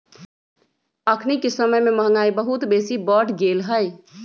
अखनिके समय में महंगाई बहुत बेशी बढ़ गेल हइ